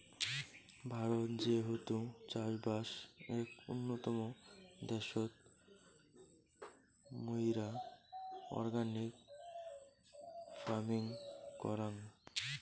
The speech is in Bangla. ভারত যেহেতু চাষবাস এক উন্নতম দ্যাশোত, মুইরা অর্গানিক ফার্মিং করাং